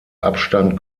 abstand